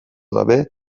gabe